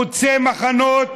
חוצה מחנות,